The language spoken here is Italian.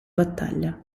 battaglia